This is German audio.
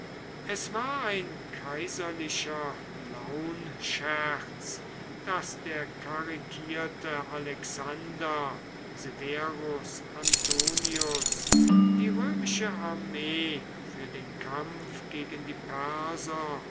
es war ein kaiserlicher launscherz daß der karikierte alexander severus antoninus die römische armee für den kampf gegen die